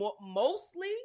Mostly